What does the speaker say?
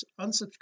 unsubscribe